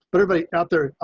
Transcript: but everybody out there.